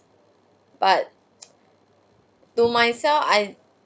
but to myself I